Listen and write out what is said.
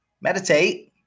meditate